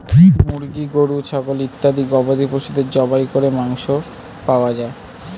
মুরগি, গরু, ছাগল ইত্যাদি গবাদি পশুদের জবাই করে মাংস পাওয়া যায়